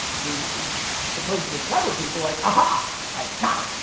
the supposedly clever people like, uh-huh, i got them.